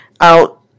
out